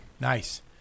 Nice